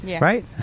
right